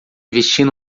vestindo